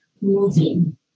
moving